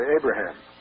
Abraham